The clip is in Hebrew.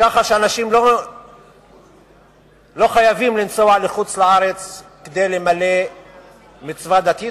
כך שאנשים לא חייבים לנסוע לחוץ-לארץ כדי למלא מצווה דתית,